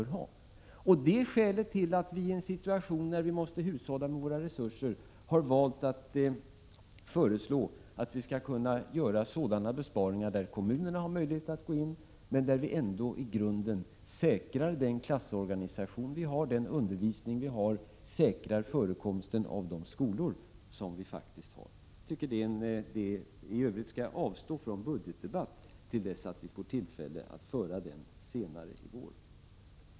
Detta är också skälet till att vi, i en situation där vi måste hushålla med våra resurser, har valt att föreslå sådana besparingar där kommunerna har möjlighet att gå in men ändå i grunden säkra den klassorganisation och den undervisning vi har och säkra förekomsten av de skolor vi har. I övrigt skall jag avstå från budgetdebatt till dess att vi får tillfälle att föra den senare i vår.